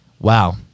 Wow